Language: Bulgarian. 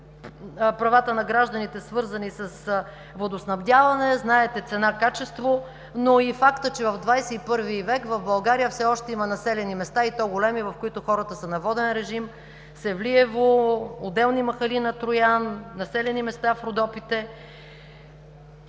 подкрепа. Правата на гражданите, свързани с водоснабдяване, знаете цена, качество, но и факта, че в 21 век в България все още има населени места, и то големи, в които хората са на воден режим – Севлиево, отделни махали на Троян, населени места в Родопите.